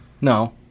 No